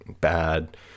bad